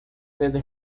desde